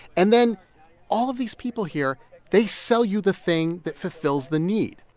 and then all of these people here they sell you the thing that fulfills the need.